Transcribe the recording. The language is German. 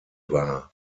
war